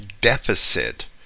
deficit